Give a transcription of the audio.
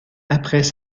après